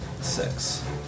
Six